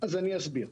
אז אני אסביר.